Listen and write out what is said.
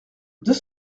deux